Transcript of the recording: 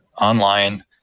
online